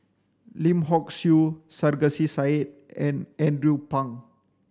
Lim Hock Siew Sarkasi Said and Andrew Phang